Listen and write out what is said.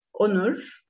Onur